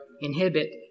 inhibit